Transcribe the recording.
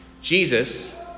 Jesus